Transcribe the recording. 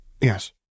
Yes